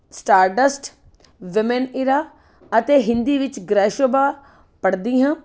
Stardust women era ਅਤੇ ਹਿੰਦੀ ਵਿੱਚ ਗ੍ਰਹਿ ਸ਼ੋਭਾ ਪੜ੍ਹਦੀ ਹਾਂ